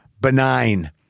benign